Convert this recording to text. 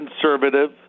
conservative